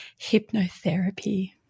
hypnotherapy